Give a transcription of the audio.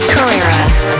Carreras